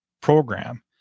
program